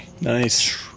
Nice